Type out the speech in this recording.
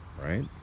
right